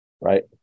Right